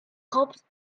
cops